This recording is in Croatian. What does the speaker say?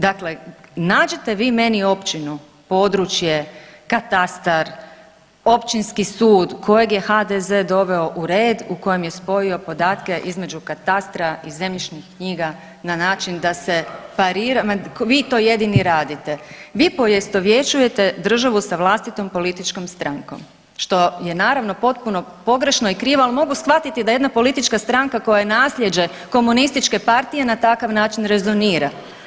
Dakle, nađite vi meni općinu, područje, katastar, općinski sud kojeg je HDZ doveo u red u kojem je spojio podatke između katastra i zemljišnih knjiga na način da se parira … [[Upadica se ne razumije.]] ma vi to jedini radite, vi poistovjećujete državu sa vlastitom političkom strankom što je naravno potpuno pogrešno i krivo, ali mogu shvatiti da jedna politička stranka koja je naslijeđe komunističke partije na takav način rezonira.